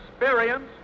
experience